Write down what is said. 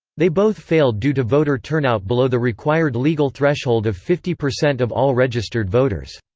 they both failed due to voter turnout below the required legal threshold of fifty percent of all registered voters.